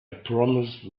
promised